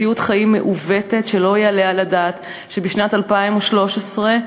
מציאות חיים מעוותת שלא יעלה על הדעת שבשנת 2013 נשים,